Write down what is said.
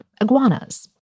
iguanas